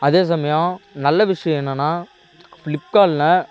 அதேசமயம் நல்ல விஷயம் என்னென்னா ஃப்ளிப்கார்ட்டில்